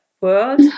world